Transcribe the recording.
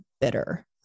bitter